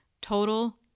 Total